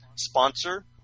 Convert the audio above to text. Sponsor